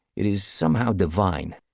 it is somehow divine.